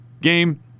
game